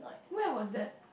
where was that